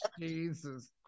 jesus